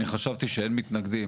אני חשבתי שאין מתנגדים